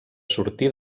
sortir